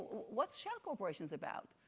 what's share corporations about?